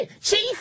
Chief